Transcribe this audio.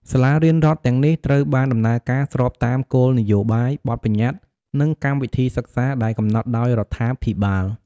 សាលារៀនរដ្ឋទាំងនេះត្រូវបានដំណើរការស្របតាមគោលនយោបាយ បទប្បញ្ញត្តិ និងកម្មវិធីសិក្សាដែលកំណត់ដោយរដ្ឋាភិបាល។